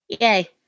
Yay